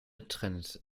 trends